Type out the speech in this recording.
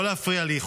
לא להפריע לי.